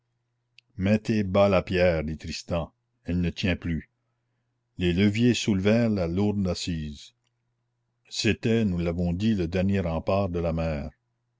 mettez bas la pierre dit tristan elle ne tient plus les leviers soulevèrent la lourde assise c'était nous l'avons dit le dernier rempart de la mère